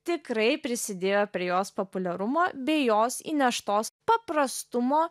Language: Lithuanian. tikrai prisidėjo prie jos populiarumo bei jos įneštos paprastumo